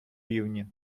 рівні